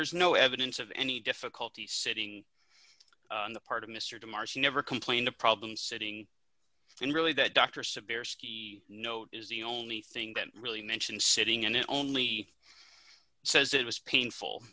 there's no evidence of any difficulty sitting on the part of mr de mar she never complained of problems sitting and really that dr sabir ski note is the only thing that really mentioned sitting and it only says it was painful